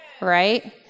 right